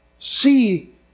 See